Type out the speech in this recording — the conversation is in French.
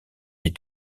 est